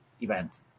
event